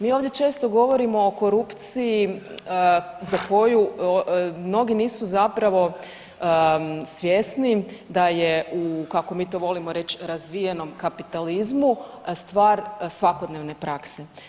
Mi ovdje često govorimo o korupciji za koju mnogi nisu zapravo svjesni, da je u, kako mi to volimo reći, razvijenom kapitalizmu, stvar svakodnevne prakse.